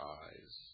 eyes